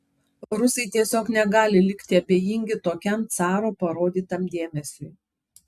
rusai tiesiog negali likti abejingi tokiam caro parodytam dėmesiui